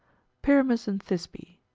pyramus and thisbe